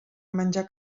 menjar